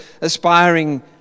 aspiring